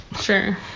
Sure